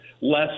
less